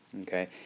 Okay